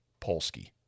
Polsky